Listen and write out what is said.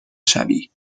شوی